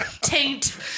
Taint